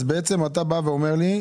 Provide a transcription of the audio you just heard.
אתה אומר לי,